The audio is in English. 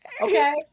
Okay